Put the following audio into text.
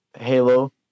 Halo